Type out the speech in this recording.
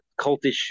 cultish